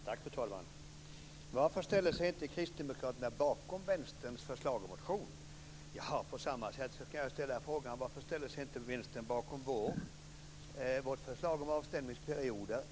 Fru talman! Varför ställde sig inte Kristdemokraterna bakom Vänsterns förslag och motion? På samma sätt kan jag ställa frågan varför inte Vänstern ställde sig bakom vårt förslag om avstämningsperioder.